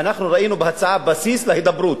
אנחנו ראינו בהצעה בסיס להידברות.